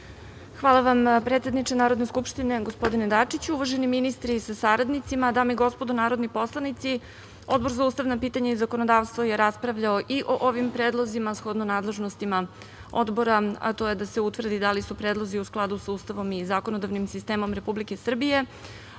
Hvala vam, predsedniče Narodne skupštine, gospodine Dačiću. Uvaženi ministri sa saradnicima, dame i gospodo narodni poslanici, Odbor za ustavna pitanja i zakonodavstvo je raspravljao i o ovim predlozima shodno nadležnostima Odbora, a to je da se utvrdi da li su predlozi u skladu sa Ustavom i zakonodavnim sistemom Republike Srbije.